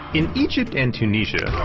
in egypt and tunisia,